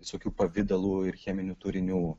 visokių pavidalų ir cheminių turinių